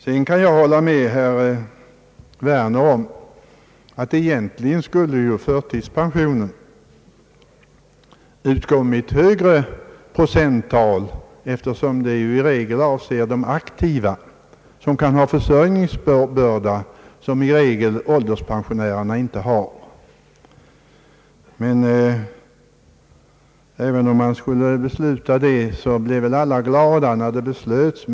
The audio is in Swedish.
Sedan kan jag hålla med herr Werner om att förtidspension egentligen borde utgå med ett högre procenttal, eftersom den ju väsentligen avser de aktiva, som kan ha försörjningsbörda, vilket ålders pensionärerna i regel inte har. Om man skulle besluta så, skulle väl alla bli glada.